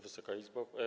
Wysoka Izbo!